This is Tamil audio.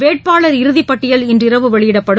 வேட்பாளர் இறுதிப் பட்டியல் இன்று இரவு வெளியிடப்படும்